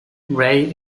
ray